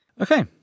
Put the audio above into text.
Okay